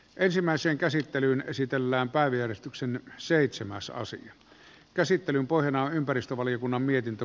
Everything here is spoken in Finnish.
ensimmäiseen käsittelyyn esitellään päivi järistyksen seitsemän saa sen käsittelyn pohjana on ympäristövaliokunnan mietintö